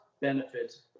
benefits